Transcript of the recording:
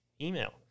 email